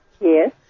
Yes